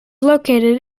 located